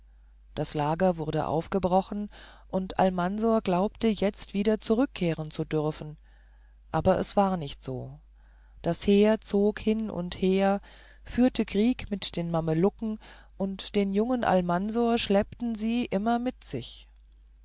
das lager wurde aufgebrochen und almansor glaubte jetzt wieder zurückkehren zu dürfen aber es war nicht so das heer zog hin und her führte krieg mit den mamelucken und den jungen almansor schleppten sie immer mit sich